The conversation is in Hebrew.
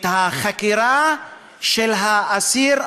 את החקירה של האסיר,